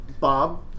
Bob